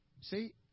See